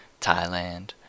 Thailand